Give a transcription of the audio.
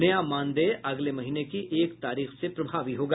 नया मानदेय अगले महीने की एक तारीख से प्रभावी होगा